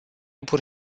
pur